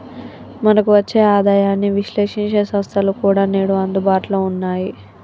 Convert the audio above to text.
మనకు వచ్చే ఆదాయాన్ని విశ్లేశించే సంస్థలు కూడా నేడు అందుబాటులో ఉన్నాయి